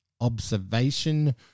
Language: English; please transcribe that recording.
observation